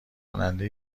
کننده